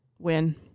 Win